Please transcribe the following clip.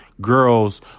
girls